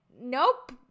Nope